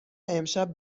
امشب